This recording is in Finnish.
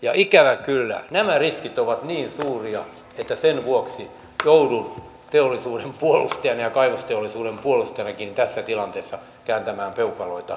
ja ikävä kyllä nämä riskit ovat niin suuria että sen vuoksi joudun teollisuuden puolustajana ja kaivosteollisuuden puolustajanakin tässä tilanteessa kääntämään peukaloita alaspäin